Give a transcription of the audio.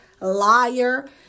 liar